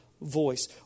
voice